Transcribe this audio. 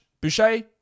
Boucher